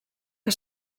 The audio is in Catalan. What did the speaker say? que